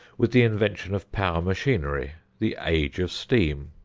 with the invention of power machinery the age of steam.